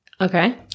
Okay